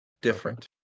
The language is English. Different